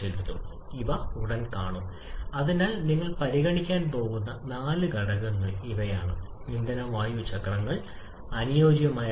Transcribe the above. അപ്പോൾ അത് 1 2 എന്നിവയുമായി യോജിക്കുന്ന ഏരിയ ആയിരിക്കും 3 '4 ലേക്ക് ഇറങ്ങുക 4' 1 എന്നിവയിലേക്ക് നീങ്ങി